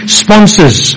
sponsors